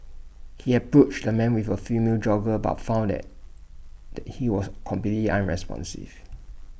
he approached the man with A female jogger but found that that he was completely unresponsive